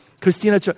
Christina